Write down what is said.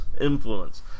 influence